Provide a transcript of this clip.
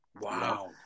Wow